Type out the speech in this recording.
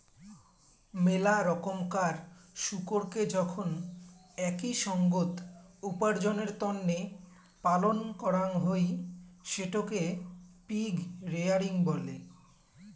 মেলা রকমকার শুকোরকে যখন একই সঙ্গত উপার্জনের তন্নে পালন করাং হই সেটকে পিগ রেয়ারিং বলে